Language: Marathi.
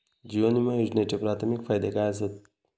जीवन विमा योजनेचे प्राथमिक फायदे काय आसत?